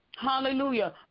hallelujah